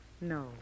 No